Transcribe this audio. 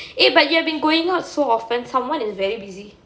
eh but you've been going out so often someone is very busy